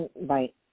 right